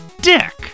Dick